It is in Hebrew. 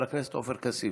של חבר הכנסת עופר כסיף.